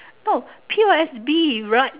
no P_O_S_B right